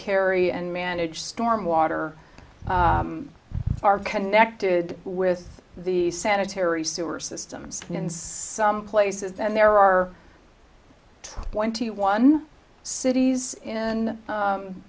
carry and manage storm water are connected with the sanitary sewer systems in some places then there are twenty one cities in